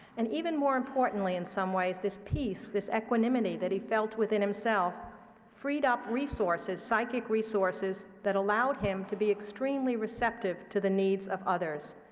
and even more importantly, in some ways, this peace, this equanimity that he felt within himself freed up resources, psychic resources, that allowed him to be extremely receptive to the needs of others.